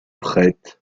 prêtes